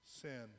sin